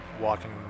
walking